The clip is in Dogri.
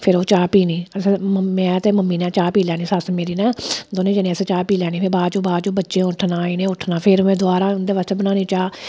फिर ओह् चाह् पीनी असें में ते मम्मी ने चाह् पी लैनी सस्स मेरी ने दौनें जनें असें चाह् पी लैनी फिर बाद च बाद च बच्चें उट्ठना इ'नें उट्ठना फिर में दुवारा उं'दे आस्ते बनानी चाह्